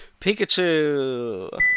Pikachu